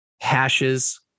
hashes